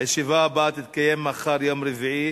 בעד,